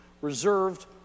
reserved